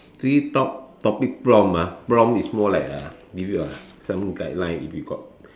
free top~ topic prompt ah prompt is more like a give you a some guideline if you got